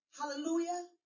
hallelujah